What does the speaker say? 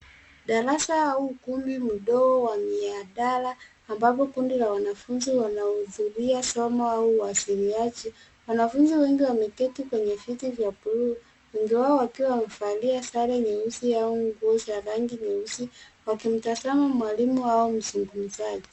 Darasa au ukumbi mdogo wa mihadhara ambapo kundi la wanafunzi wanahudhuria somo au uwasiliaji. Wanafunzi wengi wameketi kwenye viti vya buluu, wengi wao wakiwa wamevalia sare nyeusi au nguo za rangi nyeusi, wakimtazama mwalimu wao mzungumzaji.